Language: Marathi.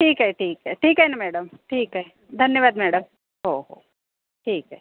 ठीक आहे ठीक आहे ठीक आहे ना मॅडम ठीक आहे धन्यवाद मॅडम हो हो ठीक आहे